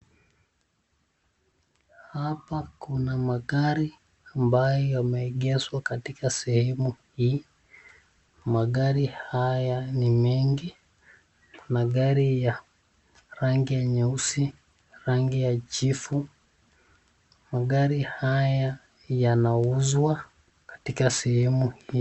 Hapa kuna magari ambayo yameegeshwa katika sehemu hii. Magari haya ni mengi kuna gari ya rangi nyeusi, rangi ya jivu. Magari haya yanauzwa katika sehemu hii.